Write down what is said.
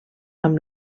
amb